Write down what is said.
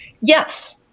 Yes